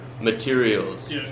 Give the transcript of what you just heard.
materials